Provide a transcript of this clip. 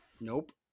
Nope